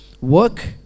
Work